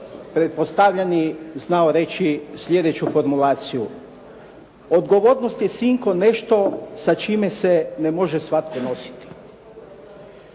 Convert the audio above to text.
pretpostavljeni znao reći sljedeću formulaciju: "Odgovornost je sinko nešto sa čime se ne može svatko nositi".